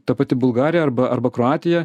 ta pati bulgarija arba arba kroatija